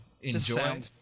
enjoy